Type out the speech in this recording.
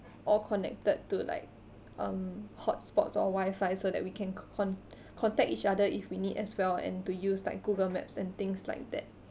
all connected to like um hot spots or wifi so that we can con~ contact each other if we need as well and to use like google maps and things like that